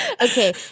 Okay